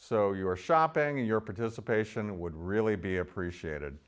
so your shopping and your participation would really be appreciated